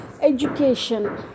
Education